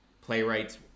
playwrights